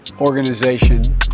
organization